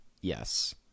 Yes